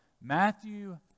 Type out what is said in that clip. Matthew